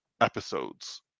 episodes